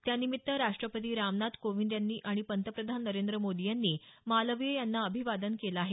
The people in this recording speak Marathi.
त्यानिमित्त राष्ट्रपती रामनाथ कोविंद आणि पंतप्रधान नरेंद्र मोदी यांनी मालवीय यांना अभिवादन केलं आहे